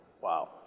Wow